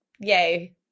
yay